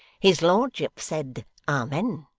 his lordship said amen